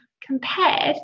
compared